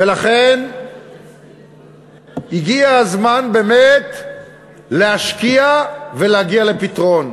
ולכן הגיע הזמן באמת להשקיע ולהגיע לפתרון.